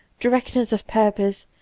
directness of purpose,